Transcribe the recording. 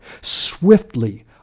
swiftly